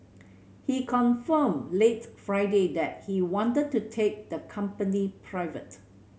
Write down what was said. he confirmed late Friday that he wanted to take the company private